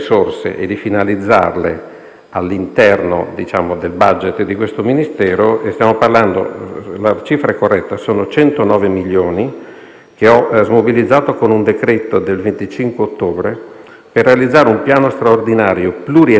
di istituti e luoghi della cultura e ha come obiettivo quello di migliorare sensibilmente la sicurezza dei dipendenti, dei visitatori e del patrimonio culturale. Sono tanti gli interventi relativamente di entità minore, perché quello che abbiamo visto è che, in alcuni casi,